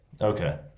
Okay